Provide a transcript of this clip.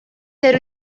ter